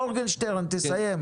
מורגנשטרן, תסיים.